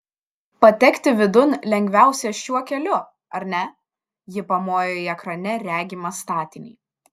patekti vidun lengviausia šiuo keliu ar ne ji pamojo į ekrane regimą statinį